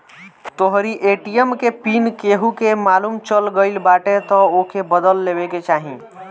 तोहरी ए.टी.एम के पिन केहू के मालुम चल गईल बाटे तअ ओके बदल लेवे के चाही